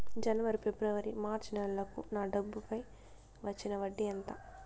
జనవరి, ఫిబ్రవరి, మార్చ్ నెలలకు నా డబ్బుపై వచ్చిన వడ్డీ ఎంత